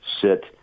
sit